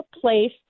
place